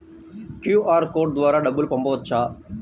QR code ద్వారా డబ్బులు పంపవచ్చా?